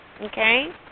okay